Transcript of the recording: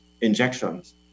injections